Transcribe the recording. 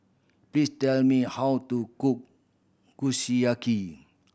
please tell me how to cook Kushiyaki